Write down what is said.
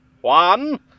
one